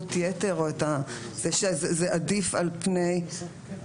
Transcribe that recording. מוגנות היתר או את זה שזה עדיף על פני ---?